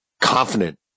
confident